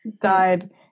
died